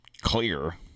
clear